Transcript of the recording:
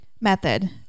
Method